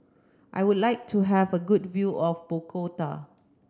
I would like to have a good view of Bogota